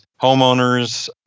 homeowners